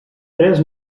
tres